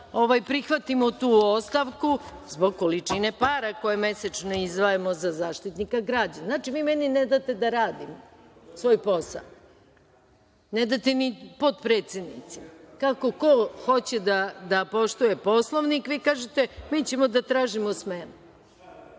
prihvatimo tu ostavku zbog količine para koje mesečno izdvajamo za Zaštitnika građana. Znači, vi meni ne date da radim svoj posao, a ne date ni potpredsednicima. Kako ko hoće da poštuje Poslovnik vi kažete – mi ćemo da tražimo smenu.